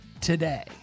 today